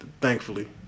thankfully